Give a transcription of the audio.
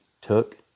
took